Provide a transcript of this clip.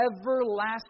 everlasting